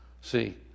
See